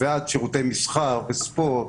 שירותי מסחר, ספורט,